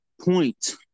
point